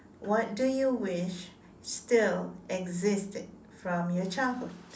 what do you wish still existed from your childhood